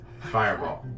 Fireball